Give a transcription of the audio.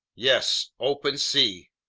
yes, open sea!